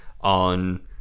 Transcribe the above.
on